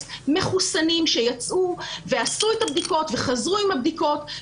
מחוסנים שיצאו ועשו את הבדיקות וחזרו עם הבדיקות.